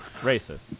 Racist